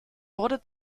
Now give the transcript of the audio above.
wurde